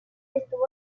estuvo